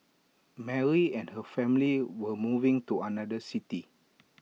Mary and her family were moving to another city